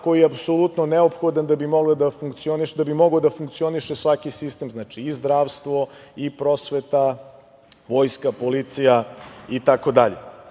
koji je apsolutno neophodan da bi mogao da funkcioniše svaki sistem, znači i zdravstvo, prosveta, vojska, policija itd.